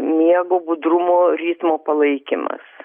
miego budrumo ritmo palaikymas